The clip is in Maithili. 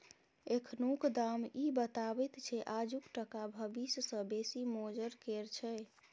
एखनुक दाम इ बताबैत छै आजुक टका भबिस सँ बेसी मोजर केर छै